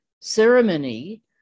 ceremony